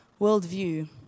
worldview